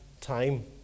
time